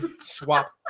Swap